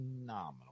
phenomenal